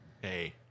hey